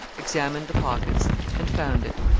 examined the pockets and found it.